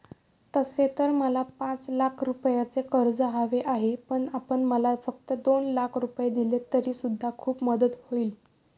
तसे तर मला पाच लाख रुपयांचे कर्ज हवे आहे, पण आपण मला फक्त दोन लाख रुपये दिलेत तरी सुद्धा खूप मदत होईल